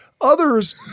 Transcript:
others